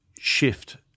shift